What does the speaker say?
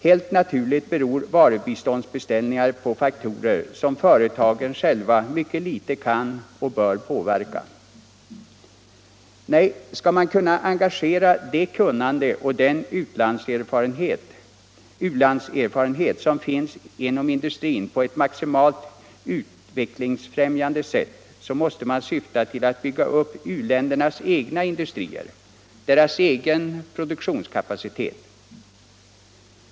Helt naturligt beror varubiståndsbeställningar på faktorer som företagen själva mycket litet kan och bör påverka. Nej, skall man kunna engagera det kunnande och den u-landserfarenhet som finns inom industrin på ett maximalt utvecklingsfrämjande sätt, så måste man syfta till att bygga upp u-ländernas egna industrier, deras egen produktionskapacitet.